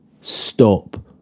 Stop